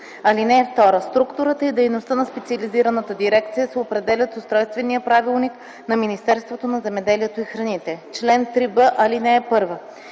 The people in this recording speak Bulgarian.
(2) Структурата и дейността на специализираната дирекция се определят с Устройствения правилник на Министерството на земеделието и храните. Чл. 3б.